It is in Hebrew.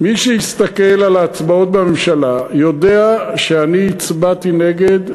מי שהסתכל על ההצבעות בממשלה יודע שאני הצבעתי נגד,